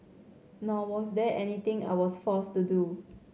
nor was there anything I was forced to do